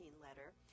letter